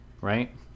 right